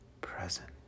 present